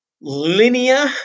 linear